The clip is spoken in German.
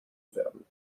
bewerben